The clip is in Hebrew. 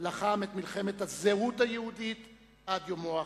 לחם את מלחמת הזהות היהודית עד יומו האחרון.